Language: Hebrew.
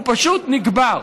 והוא פשוט נקבר.